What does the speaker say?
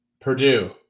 Purdue